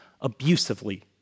abusively